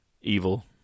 evil